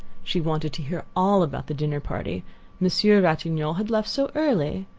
she wanted to hear all about the dinner party monsieur ratignolle had left so early.